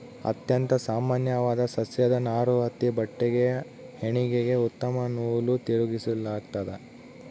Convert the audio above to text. ಅತ್ಯಂತ ಸಾಮಾನ್ಯವಾದ ಸಸ್ಯದ ನಾರು ಹತ್ತಿ ಬಟ್ಟೆಗೆ ಹೆಣಿಗೆಗೆ ಉತ್ತಮ ನೂಲು ತಿರುಗಿಸಲಾಗ್ತತೆ